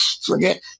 Forget